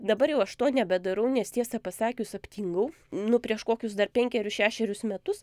dabar jau aš to nebedarau nes tiesą pasakius aptingau nu prieš kokius dar penkerius šešerius metus